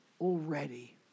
already